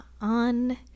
On